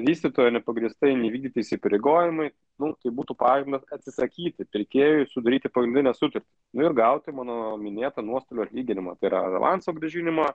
vystytojo nepagrįstai neįvykdyti įsipareigojimai nu tai būtų pagrindas atsisakyti pirkėjui sudaryti pagrindinę sutartį ir gauti mano minėtą nuostolių atlyginimą tai yra ir avanso grąžinimo